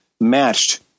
matched